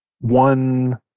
one